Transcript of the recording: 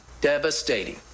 devastating